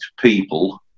people